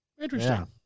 Interesting